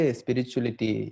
spirituality